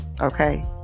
Okay